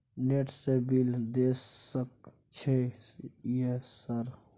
Net से bill देश सक छै यह सर?